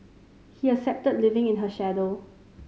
he accepted living in her shadow